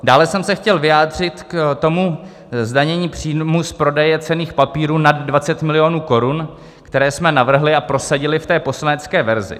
Dále jsem se chtěl vyjádřit k tomu zdanění příjmů z prodeje cenných papírů nad 20 miliónů korun, které jsme navrhli a prosadili v té poslanecké verzi.